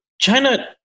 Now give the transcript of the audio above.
China